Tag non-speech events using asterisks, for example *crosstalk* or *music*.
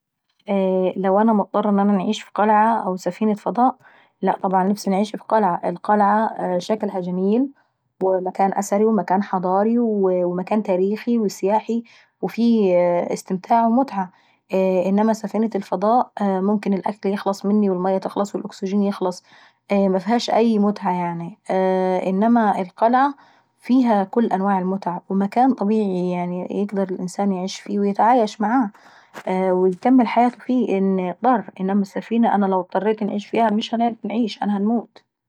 *hesitation* لو انا مضطرةانعيش في قلعة ولا سفينة فضاء؟ لاء انعيش في القلعة لأن القلعة مكان أثري وحضاري ومكان تاريخي وسياحي وفيه استمتتاع ومتعة. انما سفينة الفضاء ممكن الوكل يخلص والمية تخلص والاكسجين يخلص، ومفيهاش أي متعة يعناي. انما القلعة فيها متعة، ومكان طبيعي يعني الانسان يقدر يعيش فيه ويتعايش معاه. ويكمل حياته فيها ان اضطر. انما السفينة لو اضطريت نكمل حياتي فيها هنموت.